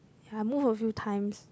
ya I moved a few times